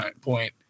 point